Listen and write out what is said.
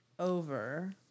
Over